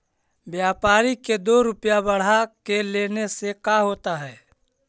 व्यापारिक के दो रूपया बढ़ा के लेने से का होता है?